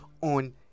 on